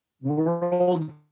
world